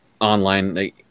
online